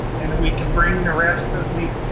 and that we can bring the rest of the